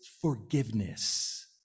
forgiveness